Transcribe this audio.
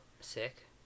Sick